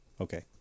Okay